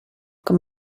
com